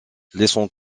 laissons